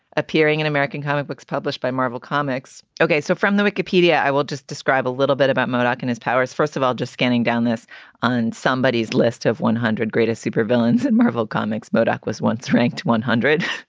appearing in american comic books published by marvel comics. ok, so from the wikipedia, i will just describe a little bit about murdoch and his powers. first of all, just scanning down this on somebodies list of one hundred greatest super villains at marvel comics. murdoch was once ranked one hundred